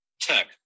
Tech